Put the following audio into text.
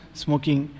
smoking